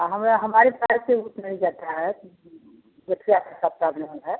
आ हमरा हमारे साइड से उठ नहीं जाता है गठिया जैसा प्राब्लम है